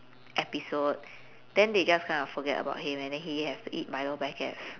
episode then they just kinda forget about him and then he has to eat milo packets